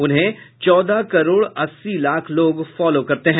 उन्हे चौदह करोड़ अस्सी लाख लोग फॉलो करते हैं